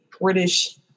British